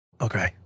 Okay